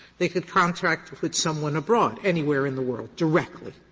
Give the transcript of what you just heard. they could contract with with someone abroad, anywhere in the world, directly.